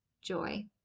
joy